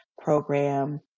program